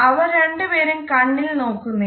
അവർ രണ്ടുപേരും കണ്ണിൽ നോക്കുന്നില്ല